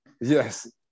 Yes